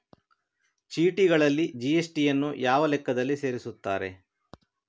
ಚೀಟಿಗಳಲ್ಲಿ ಜಿ.ಎಸ್.ಟಿ ಯನ್ನು ಯಾವ ಲೆಕ್ಕದಲ್ಲಿ ಸೇರಿಸುತ್ತಾರೆ?